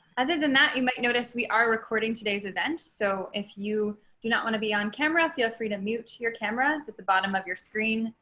other than that, you might notice we are recording today's event. so if you do not want to be on camera. feel free to mute your camera and at the bottom of your screen.